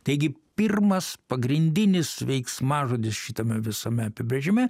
taigi pirmas pagrindinis veiksmažodis šitame visame apibrėžime